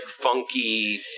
funky